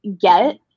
get